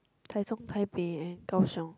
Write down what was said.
Taichung Taipei and Kaohsiung